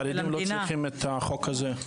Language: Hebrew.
החרדים לא צריכים את החוק הזה,